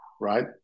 right